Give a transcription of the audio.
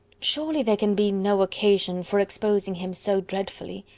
surely there can be no occasion for exposing him so dreadfully.